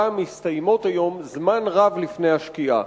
מסתיימות היום זמן רב לפני השקיעה.